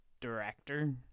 director